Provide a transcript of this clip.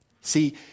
See